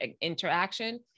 interaction